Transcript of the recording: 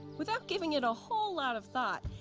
without giving it a whole lot of thought,